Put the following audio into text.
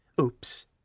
Oops